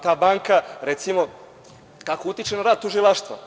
Ta banka, recimo, kako utiče na rad tužilaštva?